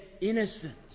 innocent